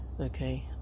Okay